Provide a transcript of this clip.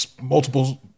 multiple